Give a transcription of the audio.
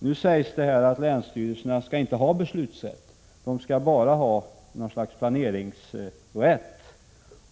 Det sägs här att länsstyrelserna inte skall ha beslutsrätt, utan bara något slags planeringsrätt.